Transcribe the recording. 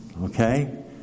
okay